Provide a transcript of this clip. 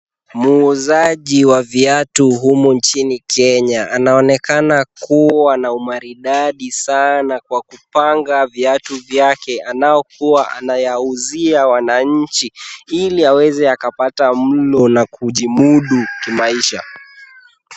Muuzaji wa viatu humu nchini Kenya, anaonekana kuwa na umaridadi sana kwa kupanga viatu vyake anaokuwa anayauzia wananchi, ili aweze akapata mlo na kujimudu kimaisha.